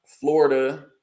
Florida